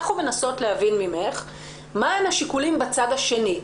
אנחנו מנסות להבין ממך מה הם השיקולים בצד השני?